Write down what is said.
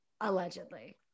Allegedly